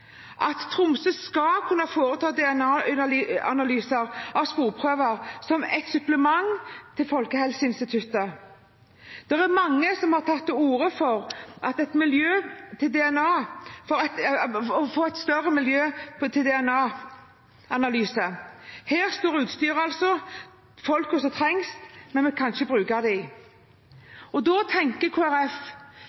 hvor Tromsø er nevnt i tre av disse – at Tromsø skal kunne foreta DNA-analyser av sporprøver, som et supplement til Folkehelseinstituttet. Det er mange som har tatt til orde for å få et større miljø til DNA-analyser. Her står altså utstyret og folkene som trengs, men vi kan ikke bruke